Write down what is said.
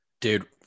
Dude